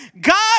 God